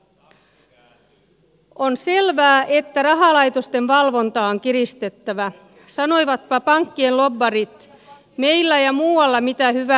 on selvää että rahalaitosten valvontaa on kiristettävä sanoivatpa pankkien lobbarit meillä ja muualla mitä hyvänsä